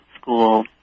school